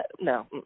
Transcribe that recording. no